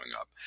up